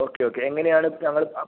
okay okay എങ്ങനെയാണ് ഞങ്ങളിപ്പം